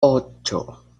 ocho